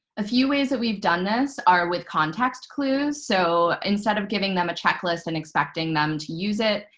a few ways that we've done this are with context clues. so instead of giving them a checklist and expecting them to use it,